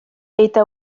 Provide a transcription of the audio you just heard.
eta